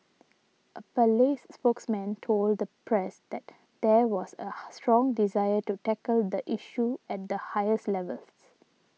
a palace spokesman told the press that there was a strong desire to tackle the issue at the highest levels